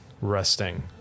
Resting